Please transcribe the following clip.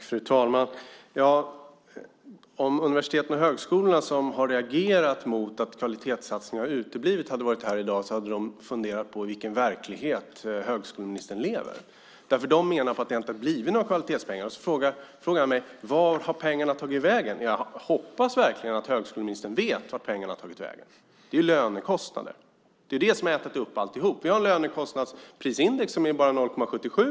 Fru talman! Om representanter för universitet och högskolor, de som reagerat mot att kvalitetssatsningarna uteblivit, varit här i dag hade de funderat på i vilken verklighet högskoleministern lever. De menar att det inte blivit några kvalitetspengar och frågar vart pengarna tagit vägen. Jag hoppas verkligen att högskoleministern vet vart pengarna tagit vägen. Det handlar om lönekostnader. Det är lönekostnaderna som ätit upp alltihop. Vi har ett lönekostnadsprisindex i staten på bara 0,77.